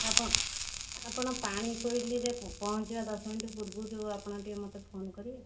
ଆପ ଆପଣ ପାଣିକୋଇଲିରେ ପହଞ୍ଚିବା ଦଶ ମିନିଟ ପୂର୍ବରୁ ଆପଣ ଟିକେ ମତେ ଫୋନ କରିବେ